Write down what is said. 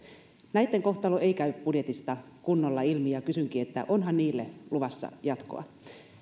näitten kohtalo ei käy budjetista kunnolla ilmi ja kysynkin onhan niille luvassa jatkoa